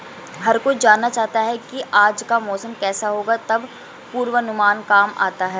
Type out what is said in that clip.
हर कोई जानना चाहता है की आज का मौसम केसा होगा तब पूर्वानुमान काम आता है